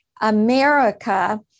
America